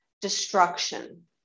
destruction